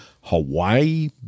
Hawaii